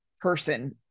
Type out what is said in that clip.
person